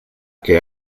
què